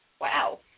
Wow